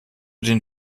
den